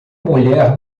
mulher